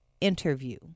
interview